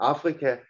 Afrika